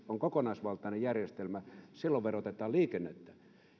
on kokonaisvaltainen järjestelmä silloin verotetaan liikennettä